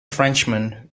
frenchman